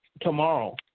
tomorrow